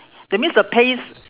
that means the paste